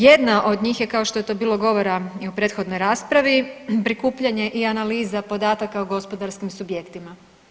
Jedna od njih je, kao što je to bilo govora i u prethodnoj raspravi, prikupljanje i analiza podataka o gospodarskim subjektima.